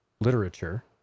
literature